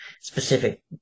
specific